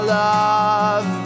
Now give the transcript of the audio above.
love